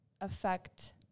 affect